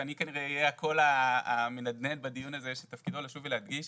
ואני כנראה אהיה הקול המנדנד בדיון הזה שתפקידו לשוב ולהדגיש